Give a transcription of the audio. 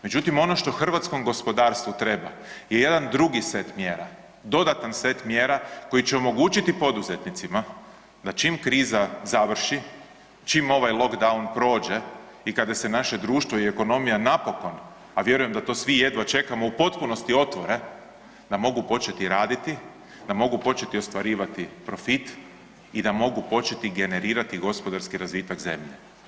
Međutim, ono što hrvatskom gospodarstvu treba je jedan drugi set mjera, dodatan set mjera koji će omogućiti poduzetnicima da čim kriza završi, čim ovaj lockdown prođe i kada se naše društvo i ekonomija napokon, a vjerujem da to svi jedva čekamo, u potpunosti otvore da mogu početi raditi, da mogu početi ostvarivati profit i da mogu početi generirati gospodarski razvitak zemlje.